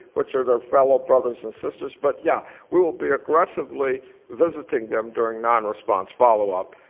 which are their fellow brothers and sisters, but yeah, we will be aggressively visiting them during non-response follow-up.